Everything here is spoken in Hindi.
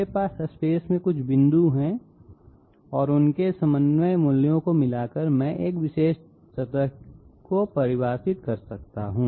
मेरे पास स्पेस में कुछ बिंदु हैं और उनके समन्वय मूल्यों को मिलाकर मैं एक विशेष सतह को परिभाषित कर सकता हूं